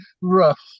rough